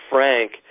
Frank